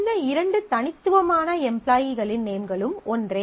இந்த இரண்டு தனித்துவமான எம்ப்லாயீகளின் நேம்களும் ஒன்றே